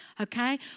okay